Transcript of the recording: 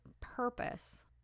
purpose